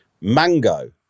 Mango